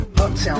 Uptown